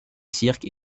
cirque